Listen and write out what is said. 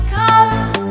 comes